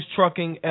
Trucking